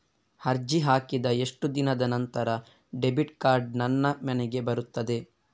ಅರ್ಜಿ ಹಾಕಿದ ಎಷ್ಟು ದಿನದ ನಂತರ ಡೆಬಿಟ್ ಕಾರ್ಡ್ ನನ್ನ ಮನೆಗೆ ಬರುತ್ತದೆ?